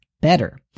better